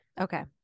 okay